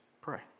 pray